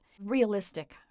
realistic